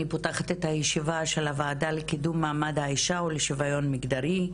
אני פותחת את הישיבה של הוועדה לקידום מעמד האישה ולשוויון מגדרי.